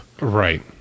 Right